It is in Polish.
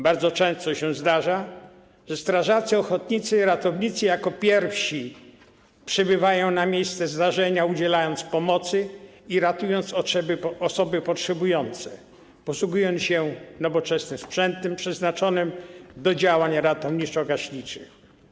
Bardzo często się zdarza, że strażacy ochotnicy i ratownicy jako pierwsi przybywają na miejsce zdarzenia, udzielają pomocy i ratują osoby potrzebujące, posługując się nowoczesnym sprzętem przeznaczonym do działań ratowniczo-gaśniczych.